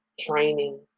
training